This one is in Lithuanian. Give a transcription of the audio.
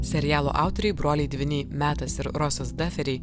serialo autoriai broliai dvyniai metas ir rosas daferiai